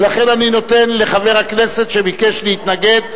ולכן אני נותן לחבר הכנסת שביקש להתנגד,